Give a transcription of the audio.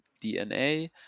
DNA